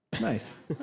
nice